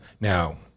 now